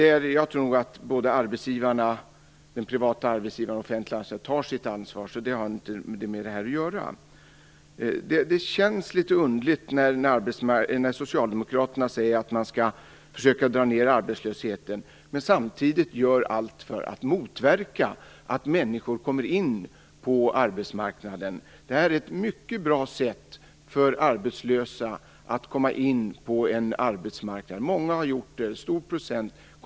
Jag tror nog att både de privata arbetsgivarna och de offentliga tar sitt ansvar, så den saken har inte med det här att göra. Det känns litet underligt att höra Socialdemokraterna säga att man skall försöka minska arbetslösheten när man samtidigt gör allt för att motverka att människor kommer in på arbetsmarknaden. Det här är ett mycket bra sätt för arbetslösa att komma in på en arbetsmarknad. Många har gjort det.